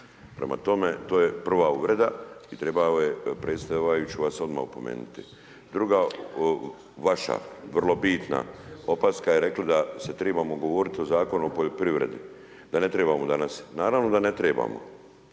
prema tome, to je prva uvreda i trebao je…/Govornik se ne razumije/…odmah opomenuti. Druga vaša vrlo bitna opaska je rekli da se triba govoriti o Zakonu o poljoprivredi, da ne tribamo danas, naravno da ne tribamo,